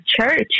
church